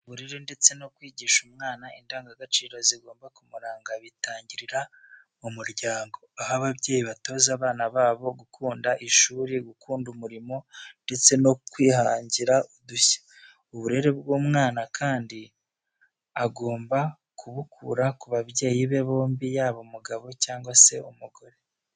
Uburere ndetse no kwigisha umwana indangagaciro zigomba kumuranga bitangirira mu muryango. Aho ababyeyi batoza abana babo gukunda ishuri, gukunda umurimo ndetse no kwihangira udushya. Uburere bw'umwana kandi agomba kubukura ku babyeyi be bombi yaba umugabo cyangwa se umugore.